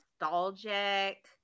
nostalgic